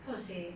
how to say